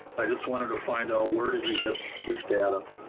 i just wanted to find out where did you get this data?